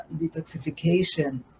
detoxification